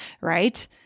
right